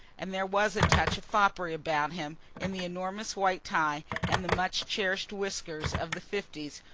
and there was a touch of foppery about him, in the enormous white tie and the much-cherished whiskers of the fifties,